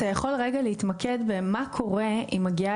אתה יכול רגע להתמקד מה קורה אם מגיעה